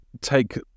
take